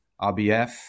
RBF